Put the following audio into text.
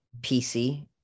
PC